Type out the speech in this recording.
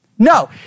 No